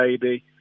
baby